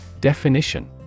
Definition